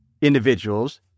individuals